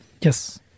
Yes